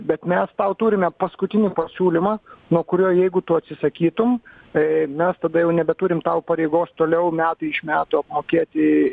bet mes tau turime paskutinį pasiūlymą nuo kurio jeigu tu atsisakytum tai mes tada jau nebeturim tau pareigos toliau metai iš metų apmokėti